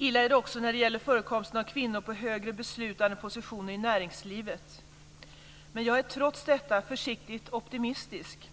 Illa är det också när det gäller förekomsten av kvinnor på högre beslutande positioner i näringslivet. Trots detta är jag försiktigt optimistisk.